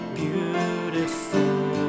beautiful